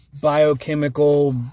biochemical